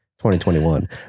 2021